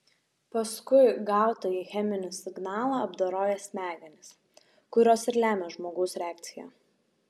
paskui gautąjį cheminį signalą apdoroja smegenys kurios ir lemia žmogaus reakciją